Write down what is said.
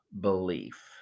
belief